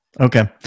Okay